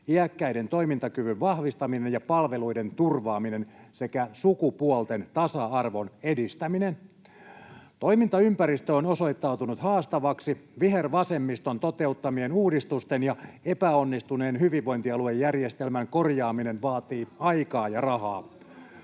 iäkkäiden toimintakyvyn vahvistaminen ja palveluiden turvaaminen sekä sukupuolten tasa-arvon edistäminen. Toimintaympäristö on osoittautunut haastavaksi. Vihervasemmiston toteuttamien uudistusten ja epäonnistuneen hyvinvointialuejärjestelmän korjaaminen vaatii aikaa ja rahaa.